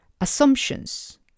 assumptions